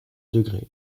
degré